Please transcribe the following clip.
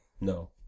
no